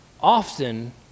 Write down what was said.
Often